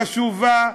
חשובה,